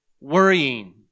worrying